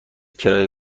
کرایه